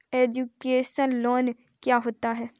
Education loan क्या होता है?